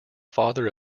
father